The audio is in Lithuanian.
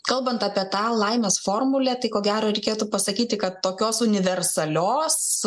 kalbant apie tą laimės formulę tai ko gero reikėtų pasakyti kad tokios universalios